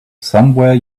somewhere